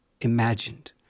imagined